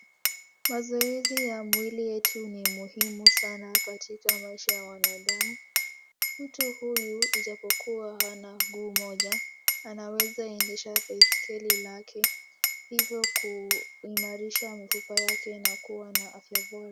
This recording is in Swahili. Mazoezi ya mwili yetu ni muhimu sana katika maisha ya mwanadamu. Mtu huyu ijapokuwa hana mguu mmoja, anaweza endesha baiskeli lake hivyo kuimarisha mifupa yake na kuwa na afya bora.